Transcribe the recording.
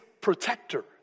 protector